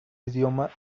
idioma